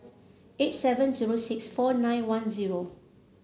eight seven zero six four nine one zero